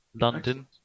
London